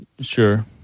Sure